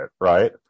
right